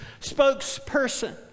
spokesperson